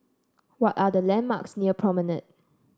what are the landmarks near Promenade